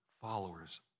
followers